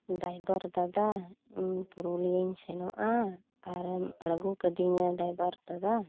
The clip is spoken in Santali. ᱰᱨᱟᱭᱵᱷᱟᱨ ᱫᱟᱫᱟ ᱤᱧ ᱯᱩᱨᱩᱞᱤᱭᱟᱹᱧ ᱥᱮᱱᱚᱜᱼᱟ ᱟᱨᱮᱢ ᱟᱬᱜᱚ ᱠᱟᱹᱫᱤᱧᱟ ᱰᱨᱟᱭᱵᱷᱟᱨ ᱫᱟᱫᱟ